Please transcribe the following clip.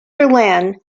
len